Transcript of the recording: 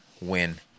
win